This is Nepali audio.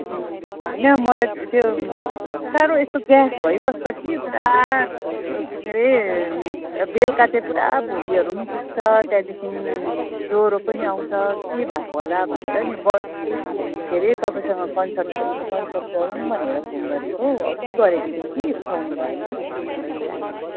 होइन म र त्यो सर ऊ यस्तो ग्यास भइबस्छ कि पुरा के अरे बेलुका चाहिँ पुरा भुँडीहरू पनि दुख्छ त्यहाँदेखिन् ज्वरो पनि आउँछ के भएको होला भनेर नि ब के अरे तपाईँसँग कन्सर्ट कनसल्ट गरौँ भनेर फोन गरेको अघि गरेको थिएँ कि उठाउनु भएन अनि त चाहिँ आहिले